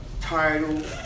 title